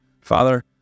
Father